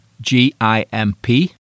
G-I-M-P